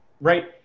right